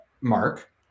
Mark